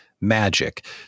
magic